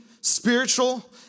spiritual